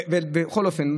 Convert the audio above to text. בכל אופן,